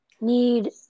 need